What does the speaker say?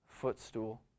footstool